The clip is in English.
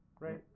Right